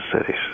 cities